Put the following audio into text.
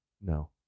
No